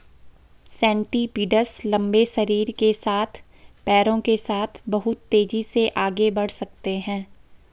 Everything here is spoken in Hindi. सेंटीपीड्स लंबे शरीर के साथ पैरों के साथ बहुत तेज़ी से आगे बढ़ सकते हैं